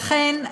לכן,